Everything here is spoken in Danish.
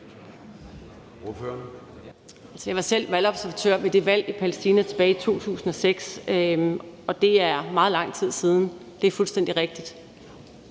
Jeg var selv valgobservatør ved valget i Palæstina tilbage i 2006, og det er meget lang tid siden. Det er fuldstændig rigtigt.